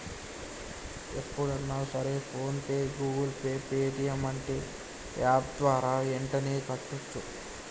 ఎప్పుడన్నా సరే PhonePe Google Pay Paytm అంటే యాప్ ద్వారా యెంటనే కట్టోచ్చు